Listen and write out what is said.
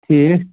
ٹھیٖک